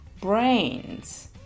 brains